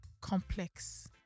complex